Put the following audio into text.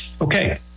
Okay